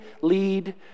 lead